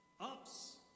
Ups